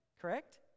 Correct